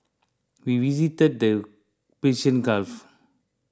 we visited the Persian Gulf